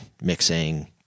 mixing